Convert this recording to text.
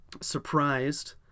surprised